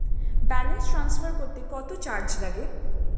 Balance transfer করতে কত charge লাগে?